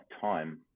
time